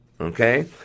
Okay